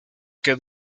que